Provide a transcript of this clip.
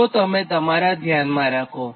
તો તમે તમારા ધ્યાનમાં રાખો